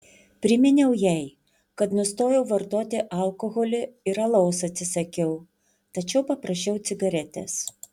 priminiau jai kad nustojau vartoti alkoholį ir alaus atsisakiau tačiau paprašiau cigaretės